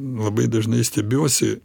labai dažnai stebiuosi